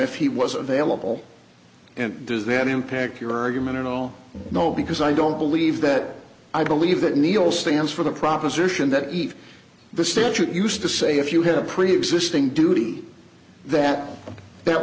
if he was available and does that impact your argument at all no because i don't believe that i believe that neil stands for the proposition that if the statute used to say if you had a preexisting duty that that